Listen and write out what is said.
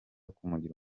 kumugira